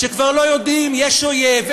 שכבר לא יודעים: יש אויב,